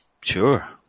Sure